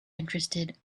interested